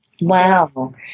Wow